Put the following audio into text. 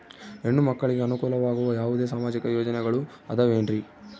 ಹೆಣ್ಣು ಮಕ್ಕಳಿಗೆ ಅನುಕೂಲವಾಗುವ ಯಾವುದೇ ಸಾಮಾಜಿಕ ಯೋಜನೆಗಳು ಅದವೇನ್ರಿ?